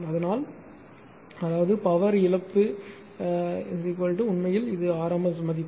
அதனால் அதாவது பவர்இழப்பு உண்மையில் இது rms மதிப்பு